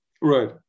right